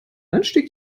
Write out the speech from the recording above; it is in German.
anstieg